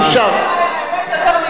אי-אפשר.